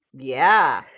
yeah.